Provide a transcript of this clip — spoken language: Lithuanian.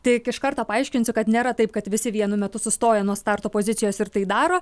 tik iš karto paaiškinsiu kad nėra taip kad visi vienu metu sustoja nuo starto pozicijos ir tai daro